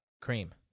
cream